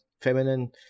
feminine